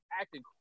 acting